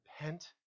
repent